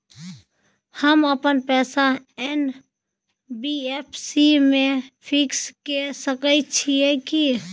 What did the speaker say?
हम अपन पैसा एन.बी.एफ.सी म फिक्स के सके छियै की?